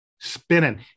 spinning